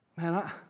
Man